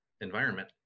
environment